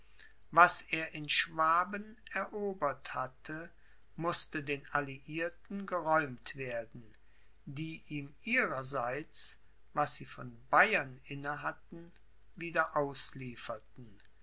was er in schwaben erobert hatte mußte den alliierten geräumt werden die ihm ihrerseits was sie von bayern inne